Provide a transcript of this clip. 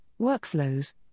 workflows